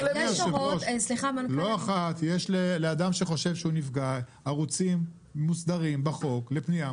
לא אחת יש לאדם שחושב שהוא נפגע ערוצים מוסדרים בחוק לפנייה.